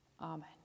Amen